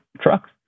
trucks